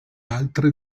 altre